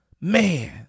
man